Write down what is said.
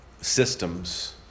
systems